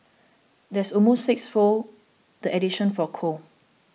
that's almost sixfold the additions for coal